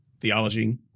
theology